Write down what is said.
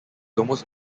almost